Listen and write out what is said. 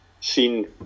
seen